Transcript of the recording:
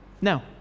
No